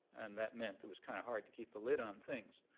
and that meant it was kind of hard to keep the lid on things.